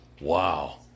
Wow